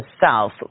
south